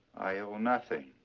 i owe nothing.